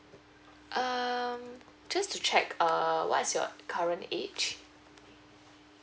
um just to check err what is your current age